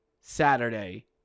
Saturday